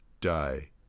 die